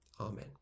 Amen